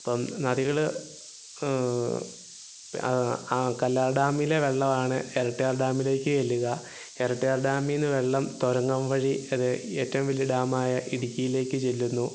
അപ്പം നദികള് ആ കല്ലാര് ഡാമിലെ വെള്ളമാണ് എരട്ട്യാര് ഡാമിലേക്ക് ചെല്ലുക ഇരട്ടിയാർ ഡാമിൽ നിന്ന് വെള്ളം തുരങ്കം വഴി അത് ഏറ്റവും വലിയ ഡാമായ ഇടുക്കിയിലേക്ക് ചെല്ലുന്നു